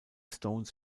stones